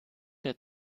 der